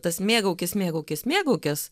tas mėgaukis mėgaukis mėgaukis